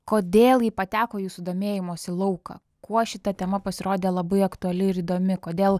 kodėl ji pateko į jūsų domėjimosi lauką kuo šita tema pasirodė labai aktuali ir įdomi kodėl